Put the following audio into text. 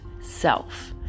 self